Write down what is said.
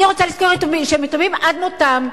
אני רוצה לזכור שהם יתומים עד מותם,